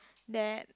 that